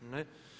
Ne.